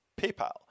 PayPal